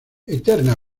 eterna